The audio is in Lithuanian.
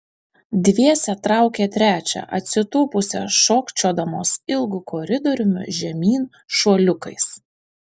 dviese traukė trečią atsitūpusią šokčiodamos ilgu koridoriumi žemyn šuoliukais